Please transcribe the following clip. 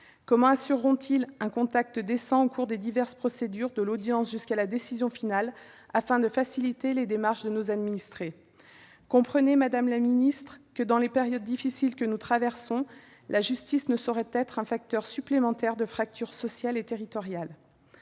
Comment assureront-ils un contact décent au cours des diverses procédures, de l'audience jusqu'à la décision finale, afin de faciliter les démarches de nos administrés ? Comprenez, madame la ministre, que dans la période difficile que nous traversons, la justice ne saurait être un facteur supplémentaire de fracture sociale et territoriale.